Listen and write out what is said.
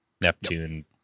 Neptune